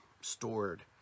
stored